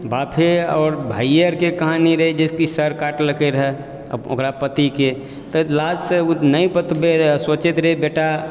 बापे और भाइये आरके कहानी रहै जे सर काटलकै रहय ओकरा पतिके तऽ लाज से ओ नहि बतबै रह ओ सोचैत रहै बेटा